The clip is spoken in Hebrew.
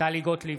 טלי גוטליב,